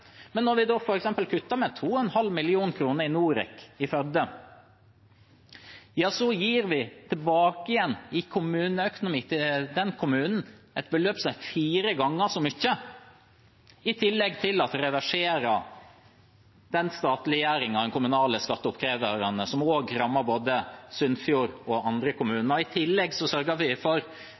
Men når vi f.eks. kutter med 2,5 mill. kr i Norec i Førde, gir vi tilbake igjen i kommuneøkonomi til den kommunen et beløp som er fire ganger så stort, i tillegg til at vi reverserer den statliggjøringen av den kommunale skatteoppkreveren, som også rammer både Sunnfjord og andre kommuner. I tillegg, selv om vi ikke elsker Vestland fylke, sørger vi for